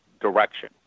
direction